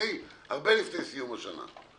הרבה לפני סיום השנה.